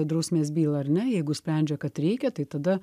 drausmės bylą ar ne jeigu sprendžia kad reikia tai tada